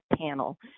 panel